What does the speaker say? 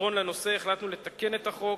פתרון לנושא, החלטנו לתקן את החוק